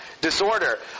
disorder